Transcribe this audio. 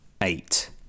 eight